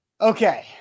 Okay